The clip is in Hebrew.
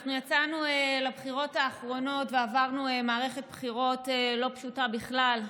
אנחנו יצאנו לבחירות האחרונות ועברנו מערכת בחירות לא פשוטה בכלל,